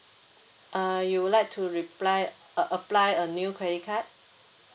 uh you would like to reply uh apply a new credit card